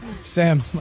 Sam